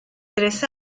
tres